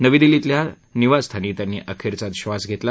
नवी दिल्लीतल्या निवासस्थानी त्यांनी अखेरचा श्वास घेतला